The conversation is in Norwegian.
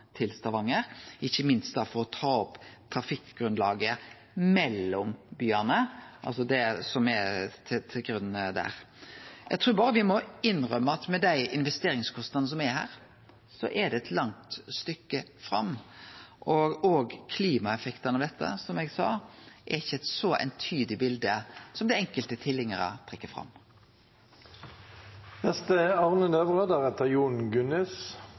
til Stavanger, ikkje minst for å ta opp trafikkgrunnlaget mellom byane, altså det som låg til grunn der. Eg trur me berre må innrømme at med dei investeringskostnadene som er her, er det eit langt stykke fram, og òg klimaeffektane ved dette, som eg sa, gir ikkje eit så eintydig bilde som det enkelte